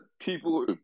people